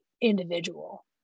individual